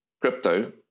crypto